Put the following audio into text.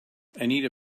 anita